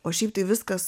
o šiaip tai viskas